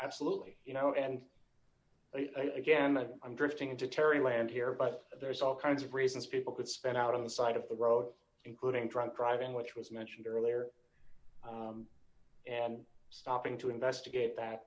absolutely you know and again i'm drifting into terry land here but there's all kinds of reasons people could spend out on the side of the road including drunk driving which was mentioned earlier d and stopping to investigate that